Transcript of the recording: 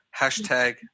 Hashtag